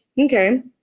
okay